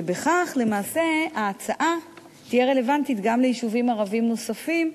ובכך למעשה ההצעה תהיה רלוונטית גם ליישובים ערביים נוספים,